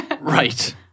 Right